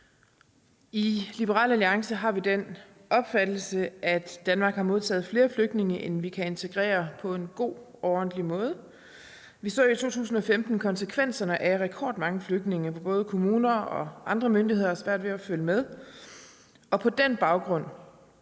I Liberal Alliance har vi den opfattelse, at Danmark har modtaget flere flygtninge, end vi kan integrere på en god og ordentlig måde. Vi så i 2015 konsekvenserne af rekordmange flygtninge, både kommuner og andre myndigheder havde svært ved at følge med, og på den baggrund